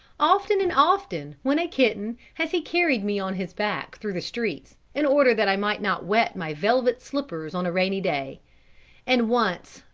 often and often, when a kitten, has he carried me on his back through the streets, in order that i might not wet my velvet slippers on a rainy day and once,